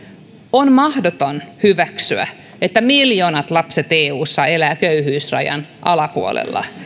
on mahdoton hyväksyä että miljoonat lapset eussa elävät köyhyysrajan alapuolella